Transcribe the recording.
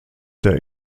der